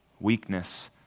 weakness